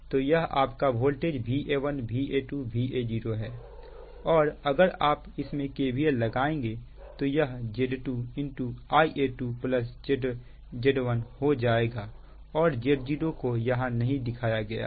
तो यह आपका वोल्टेज Va1 Va2 Va0 है और अगर आप इसमें KVL लगाएंगे तो यह Z2 Ia2 Z Z1 हो जाएगा और Z0 को यहां नहीं दिखाया गया है